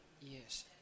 Yes